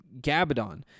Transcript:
Gabadon